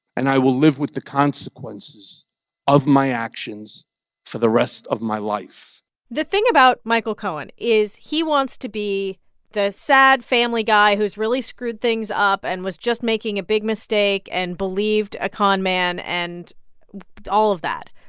and i will live with the consequences of my actions for the rest of my life the thing about michael cohen is, he wants to be the sad family guy who's really screwed things up and was just making a big mistake, and believed a con man and all of that.